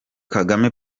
kagame